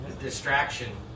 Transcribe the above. Distraction